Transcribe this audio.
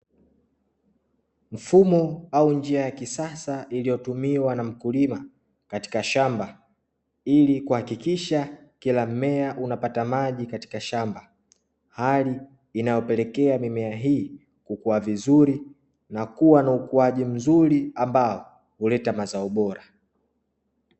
Mfumo au njia ya kisasa iliyotumiwa na mkulima katika shamba, ili kuhakikisha kila mmea unapata maji katika shamba; hali inayopelekea mimea hii kukua vizuri na kuwa na ukuaji mzuri, ambao huleta mazao bora.